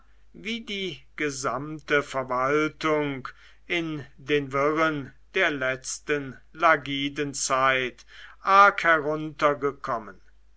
wie die gesamte verwaltung in den wirren der letzten lagidenzeit